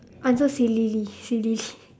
answer sillily silly